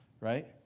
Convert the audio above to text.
Right